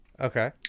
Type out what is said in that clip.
Okay